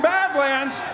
Badlands